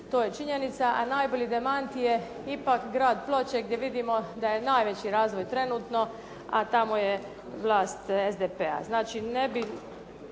To je činjenica. a najbolji demant je ipak grad Ploče gdje vidimo da je najveći razvoj trenutno, a tamo je vlast SDP-a. Znači ne bih